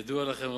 ידוע לכם,